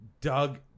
Doug